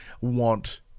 want